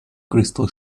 crystal